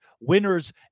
winners